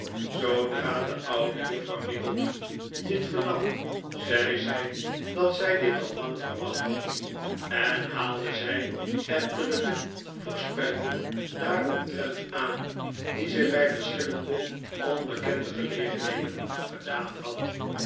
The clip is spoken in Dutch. zoodra de oude juffrouw nickleby dit vernam zei zij dat zij dit al lang verwacht had en haalde zij ettelijke voorspellingen daaromtrent aan die zij bij verschillende onbekende gelegenheden gedaan had